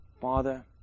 Father